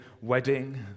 wedding